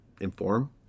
inform